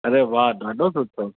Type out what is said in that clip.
अरे वाह ॾाढो सुठो